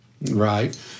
right